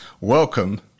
Welcome